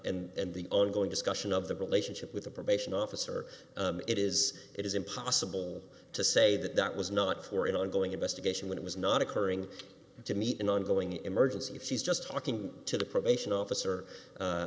and and the ongoing discussion of the relationship with the probation officer it is it is impossible to say that that was not for an ongoing investigation when it was not occurring to meet an ongoing emergency if she's just talking to the probation officer a